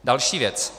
Další věc.